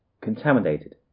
contaminated